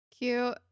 Cute